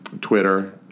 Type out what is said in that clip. Twitter